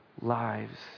lives